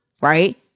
right